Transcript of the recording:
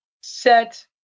set